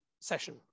session